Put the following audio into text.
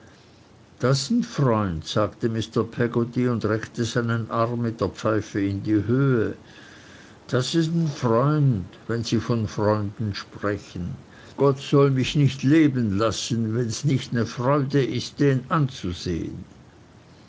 freund sagte mr peggotty und reckte seinen arm mit der pfeife in die höhe dat s n freund wenn sie von freunden sprechen gott soll mich nicht leben lassen wenns nicht ne freude ist den anzusehen